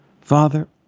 Father